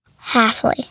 Halfly